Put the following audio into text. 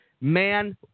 Man